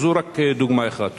זאת רק דוגמה אחת.